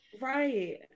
Right